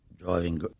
driving